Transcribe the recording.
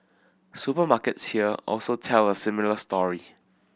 supermarkets here also tell a similar story